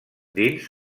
dins